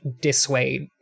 dissuade